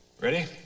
Ready